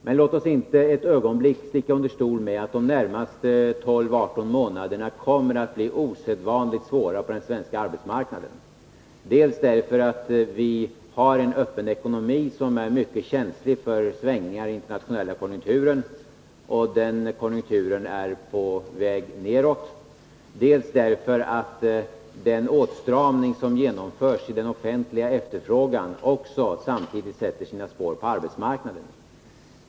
Men låt oss inte ett ögonblick sticka under stol med att de närmaste 12-18 månaderna kommer att bli osedvanligt svåra för den svenska arbetsmarknaden, dels därför att vi har en öppen ekonomi som är mycket känslig för svängningar i den internationella konjunkturen — och den konjunkturen är på väg nedåt — dels därför att den åtstramning som genomförs i den offentliga efterfrågan också samtidigt sätter sina spår på arbetsmarknaden.